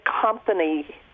company